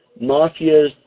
Mafia